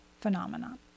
phenomenon